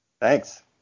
Thanks